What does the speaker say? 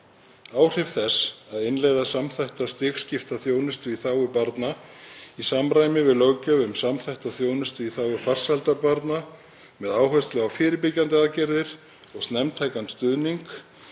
Áhrif þess að innleiða samþætta stigskipta þjónustu í þágu barna í samræmi við löggjöf um samþætta þjónustu í þágu farsældar barna með áherslu á fyrirbyggjandi aðgerðir og snemmtækan stuðning